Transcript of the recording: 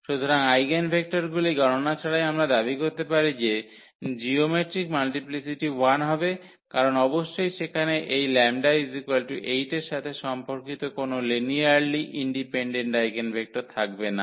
সুতরাং আইগেনভেক্টরগুলির গণনা ছাড়াই আমরা দাবি করতে পারি যে জিওমেট্রিক মাল্টিপ্লিসিটি 1 হবে কারণ অবশ্যই সেখানে এই 𝜆 8 এর সাথে সম্পর্কিত কোন লিনিয়ারলি ইন্ডিপেন্ডেন্ট আইগেনভেক্টর থাকবে না